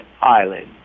island